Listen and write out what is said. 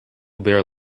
bare